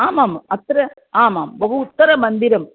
आमाम् अत्र आमां बहु उत्तममन्दिरम्